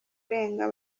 urenga